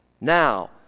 Now